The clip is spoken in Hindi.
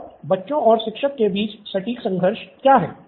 और बच्चों और शिक्षक के बीच सटीक संघर्ष क्या है